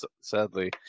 sadly